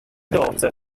daughter